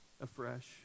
afresh